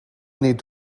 need